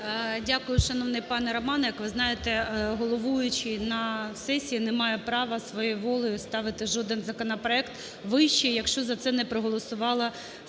Дякую, шановний пане Романе. Як ви знаєте, головуючий на сесії не має права своєю волею ставити жоден законопроект вище, якщо за це не проголосувала сесійна